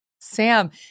Sam